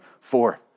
four